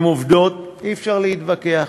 עם עובדות אי-אפשר להתווכח,